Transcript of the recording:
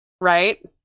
Right